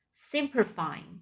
Simplifying